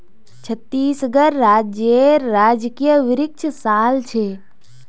छत्तीसगढ़ राज्येर राजकीय वृक्ष साल छे